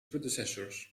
predecessors